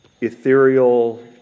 ethereal